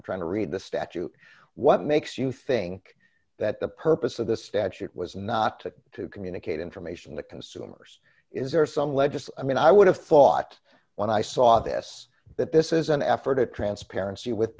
i'm trying to read the statute what makes you think that the purpose of the statute was not to communicate information to consumers is there some legist i mean i would have thought when i saw this that this is an effort of transparency with